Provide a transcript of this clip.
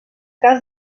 cas